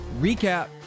recap